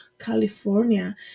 California